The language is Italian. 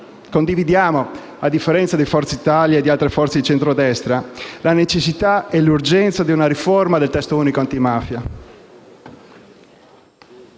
condividiamo, a differenza di Forza Italia di altre forze di centrodestra, la necessità e l'urgenza di una riforma del testo unico antimafia.